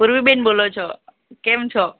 પૂર્વીબેન બોલો છો કેમ છો